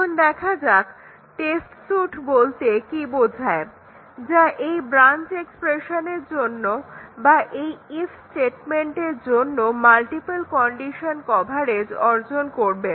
এখন দেখা যাক টেস্ট সুট বলতে কী বোঝায় যা এই ব্রাঞ্চ এক্সপ্রেশনের জন্য বা এই ইফ্ স্টেটমেন্টের জন্য মাল্টিপল কন্ডিশন কভারেজ অর্জন করবে